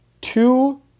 Two